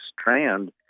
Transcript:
strand